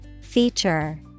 Feature